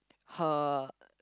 her